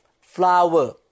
flower